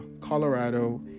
Colorado